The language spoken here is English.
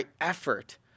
effort